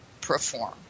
perform